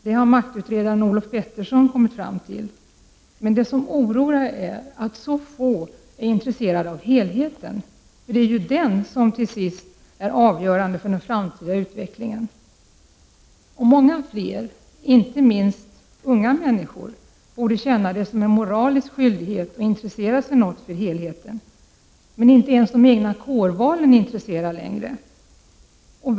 Det har maktutredaren Olof Pettersson kommit fram till. Det som oroar är emellertid att så få är intresserade av helheten. Helheten är avgörande för den framtida utvecklingen. Många fler, inte minst unga människor, borde känna det som en moralisk skyldighet att intressera sig för helheten. Inte ens de egna kårvalen intresserar våra studerande.